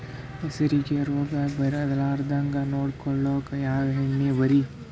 ಹೆಸರಿಗಿ ರೋಗ ಬರಲಾರದಂಗ ನೊಡಕೊಳುಕ ಯಾವ ಎಣ್ಣಿ ಭಾರಿ?